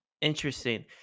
interesting